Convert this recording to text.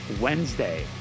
Wednesday